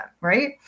right